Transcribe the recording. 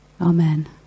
Amen